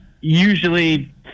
usually